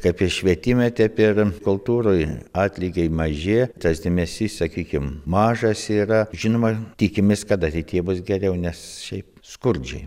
kaip ir švietime taip ir kultūroj atlygiai maži tas dėmesys sakykim mažas yra žinoma tikimės kad ateityje bus geriau nes šiaip skurdžiai